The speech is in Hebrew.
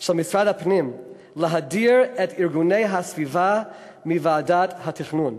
של משרד הפנים להדיר את ארגוני הסביבה מוועדות התכנון.